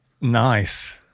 nice